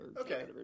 Okay